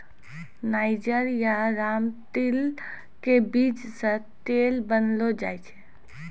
niger या रामतिल के बीज सॅ तेल बनैलो जाय छै